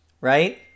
right